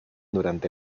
durante